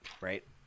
right